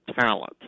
talent